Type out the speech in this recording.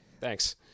Thanks